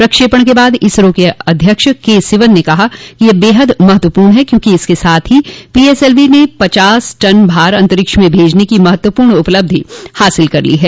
प्रक्षेपण के बाद इसरो के अध्यक्ष के सिवन ने कहा कि यह बेहद महत्वपूर्ण है क्योंकि इसके साथ ही पीएसएलवी ने पचास टन भार अंतरिक्ष में भेजने की महत्वपूर्ण उपलब्धि हासिल कर ली है